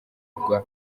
rwa